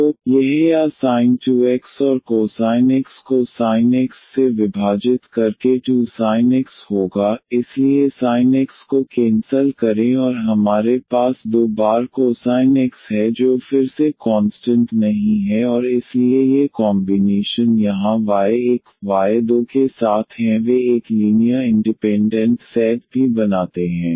तो यह sin x या sin 2x और cos x को sin x से विभाजित करके 2 sin x होगा इसलिए sin x sin x को केन्सल करें और हमारे पास 2 बार cos x है जो फिर से कॉन्स्टंट नहीं है और इसलिए ये कॉमबीनेशन यहां y1 y2 के साथ हैं वे एक लीनियर इंडिपेंडेंट सेट भी बनाते हैं